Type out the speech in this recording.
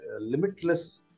limitless